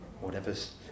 Whatever's